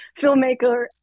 filmmaker